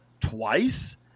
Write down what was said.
twice